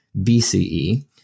BCE